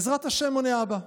בעזרת השם, עונה האבא.